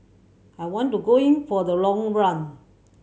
I want to go in for the long run